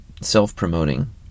self-promoting